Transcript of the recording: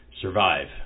survive